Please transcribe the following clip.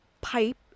pipe